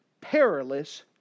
perilous